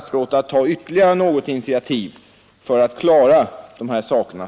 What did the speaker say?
Statsrå